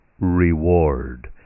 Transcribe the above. reward